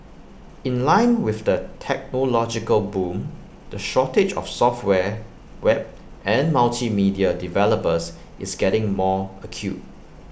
in line with the technological boom the shortage of software web and multimedia developers is getting more acute